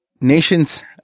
nations